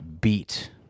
beat